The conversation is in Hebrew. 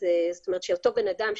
שאותו בן אדם,